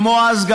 כמו אז,